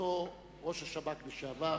מאמירתו "ראש השב"כ לשעבר",